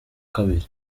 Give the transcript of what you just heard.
kabiri